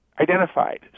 identified